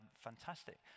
fantastic